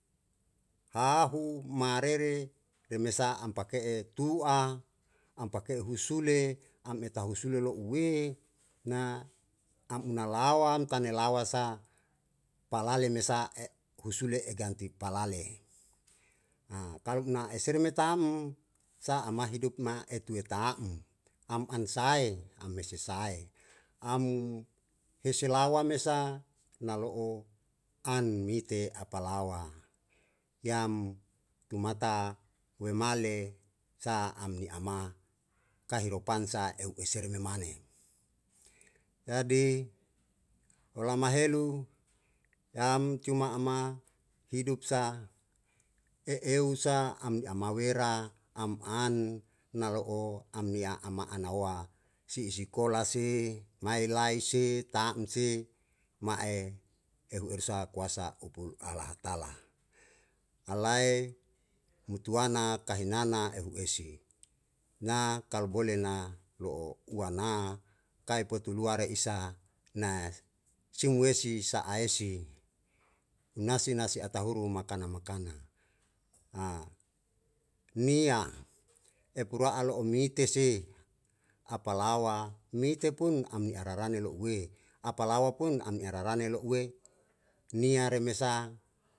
Hahu marere remesa am pake'e tu'a am pake'e husule am eta husule lo'ue na am una lawam kan elawa sa palale mesa husule e ganti palale, kalu na eseru me tam sa a ma hidup ma etu'e ta'm, tam an sae am wese sae am hesi lawa mesa na lo'o an mite a palawa yam tumata wemale sa am ni ama kahiropan sa eu eseru me mane jadi olama helu yam cuma ama hidup sa e eu sa am ni ama wera am an na lo'o am nia ama ana' wa si isikola si mae lae se tam se ma'e ehu eru sa kuasa upu ala hatala, alae mutuana kahinana ehu esi na kalu bole na lo'o uwana kae potu lua re isa na sum wesi sa'a esi na si na si ata horu u makana makana niya e pura'a lo'o mite se a palawa mite pun am ni ararane lo'ue a palawa pun am irarane lo'ue niya remesa.